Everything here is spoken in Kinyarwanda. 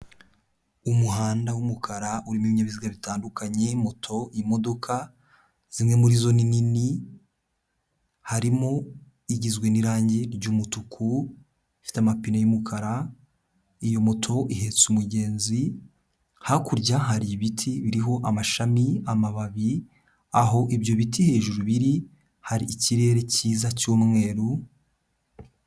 Umuhanda w'umukara urimo ibinyabiziga bitandukanye, moto, imodoka, zimwe muri zo ni nini, harimo igizwe n'irangi ry'umutuku ifite amapine y'umukara, iyo moto ihetse umugenzi, hakurya hari ibiti biriho amashami amababi, aho ibyo biti hejuru biri hari ikirere cyiza cy'umweru.